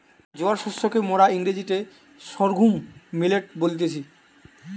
জোয়ার শস্যকে মোরা ইংরেজিতে সর্ঘুম মিলেট বলতেছি